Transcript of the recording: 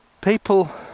people